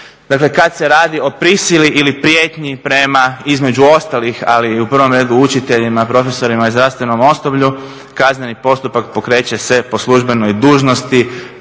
Dakle kada se radi o prisili ili prijetnji prema između ostalih ali u prvom redu učiteljima, profesorima i zdravstvenom osoblju kazneni postupak pokreće se po službenoj dužnosti.